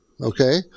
Okay